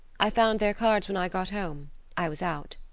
i found their cards when i got home i was out.